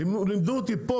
לימדו אותי פה,